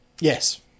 yes